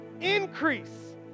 Increase